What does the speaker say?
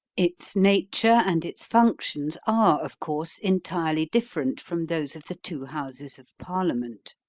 its nature and its functions are, of course, entirely different from those of the two houses of parliament.